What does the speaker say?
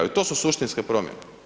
I to su suštinske promjene.